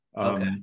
Okay